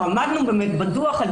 אנחנו עמדנו בדוח על